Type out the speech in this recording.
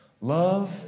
love